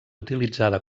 utilitzada